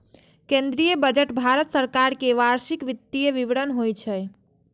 केंद्रीय बजट भारत सरकार के वार्षिक वित्तीय विवरण होइ छै